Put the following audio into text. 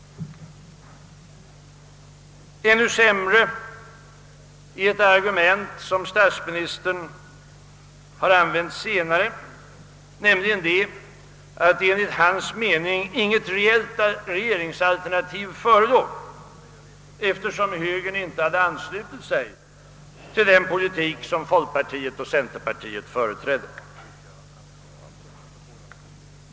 Ännu sämre är ett argument som statsministern har använt senare, nämligen det att enligt hans mening inte något reellt regeringsalternativ förelåg, eftersom högern inte hade anslutit sig till den politik som folkpartiet och centerpartiet företrädde.